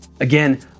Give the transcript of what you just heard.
Again